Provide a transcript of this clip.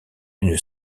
une